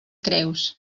creus